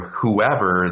whoever